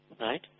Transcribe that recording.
right